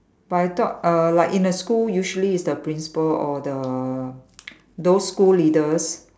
but I thought err like in a school usually is the principal or the those school leaders